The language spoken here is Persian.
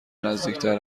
نزدیکتر